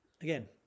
again